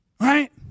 Right